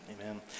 Amen